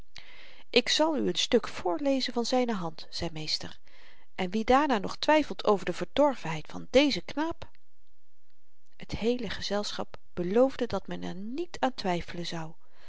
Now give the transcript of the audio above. ik zal u n stuk voorlezen van zyne hand zei meester en wie daarna nog twyfelt aan de verdorvenheid van dezen knaap t heele gezelschap beloofde dat men er niet aan twyfelen zou